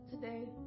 today